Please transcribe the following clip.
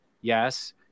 yes